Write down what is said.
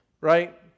right